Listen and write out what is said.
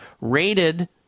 rated